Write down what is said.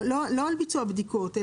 לא לגבי הבדיקות.